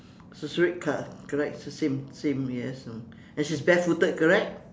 it's the red colour correct it's the same same yes mm and she is barefooted correct